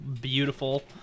beautiful